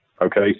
Okay